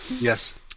yes